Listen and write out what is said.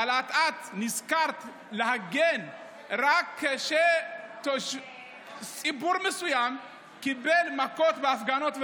אבל את נזכרת להגן רק כאשר ציבור מסוים קיבל מכות בהפגנות,